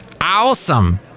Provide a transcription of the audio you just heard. awesome